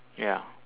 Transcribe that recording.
ya